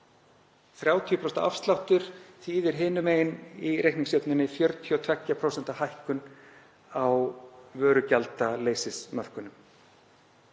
30% afsláttur þýðir hinum megin í reikningsjöfnunni 42% hækkun á vörugjaldaleysismörkunum.